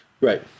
Right